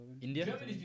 India